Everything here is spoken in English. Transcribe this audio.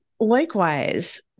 Likewise